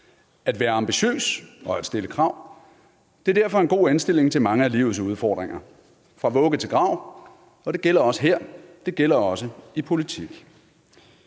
At være ambitiøs og stille krav er derfor en god indstilling at have til mange af livets udfordringer fra vugge til grav, og det gælder også her. Det gælder også i politik.